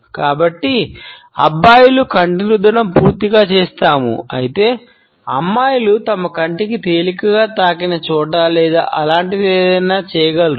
కాబట్టి అబ్బాయిలు కంటికి రుద్దడం పూర్తి చేస్తాము అయితే అమ్మాయిలు తమ కంటికి తేలికగా తాకిన చోటికి లేదా అలాంటిదే ఏదైనా చేయగలరు